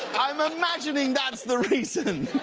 i'm imagining that's the reason.